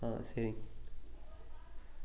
ஆ சரிங்க